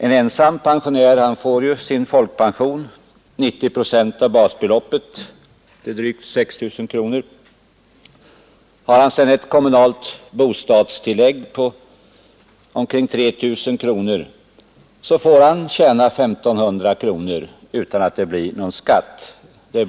En ensam pensionär får sin folkpension, dvs. 90 procent av basbeloppet — drygt 6 000 kronor. Har han sedan ett kommunalt bostadstillägg på omkring 3 000 kronor får han tjäna 1 500 kronor utan att det blir någon skatt på inkomsten.